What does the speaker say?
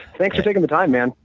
thanks for taking the time, man.